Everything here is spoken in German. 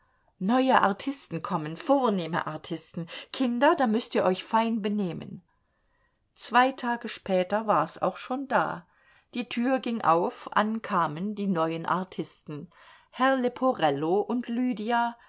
neue artisten kommen vornehme artisten kinder da müßt ihr euch fein benehmen zwei tage später war's auch schon da die tür ging auf ankamen die neuen artisten herr leporello und lydia